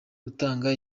gutanga